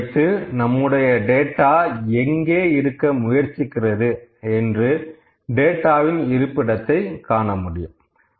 இதை வைத்து நம்முடைய டேட்டா எங்கே இருக்க முயற்சிக்கிறது என்று டேட்டாவின் இருப்பிடத்தை காண முடியும்